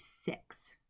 six